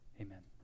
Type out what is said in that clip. Amen